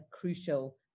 crucial